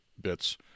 bits